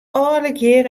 allegear